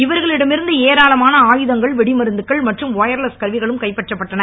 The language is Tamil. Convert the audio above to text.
இவர்களிடம் இருந்து ஏராளமான ஆயுதங்கள் வெடிமருந்துகள் மற்றும் ஒயர்லஸ் கருவிகளும் கைப்பற்றப்பட்டுள்ளன